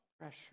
pressure